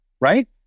right